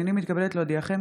הינני מתכבדת להודיעכם,